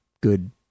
good